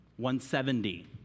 170